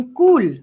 cool